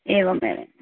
एवम् एवम्